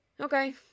Okay